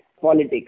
politics